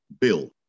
bill